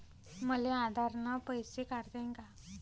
मले आधार न पैसे काढता येईन का?